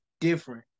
different